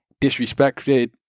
disrespected